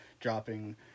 Dropping